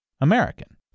American